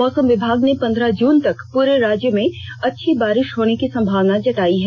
मौसम विभाग ने पंद्रह जून तक पूरे राज्य में अच्छी बारिष होने की संभावना जताई है